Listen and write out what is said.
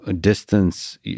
distance